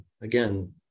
again